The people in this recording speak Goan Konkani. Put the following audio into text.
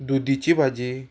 दुदीची भाजी